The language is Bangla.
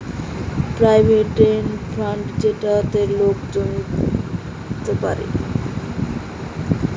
প্রভিডেন্ট ফান্ড যেটাতে লোকেরা টাকা জমাতে পারে